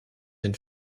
and